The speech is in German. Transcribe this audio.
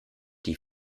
die